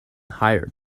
higher